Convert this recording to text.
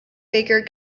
baker